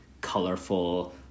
colorful